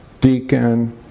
deacon